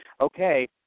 okay